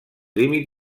límit